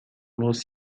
los